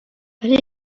when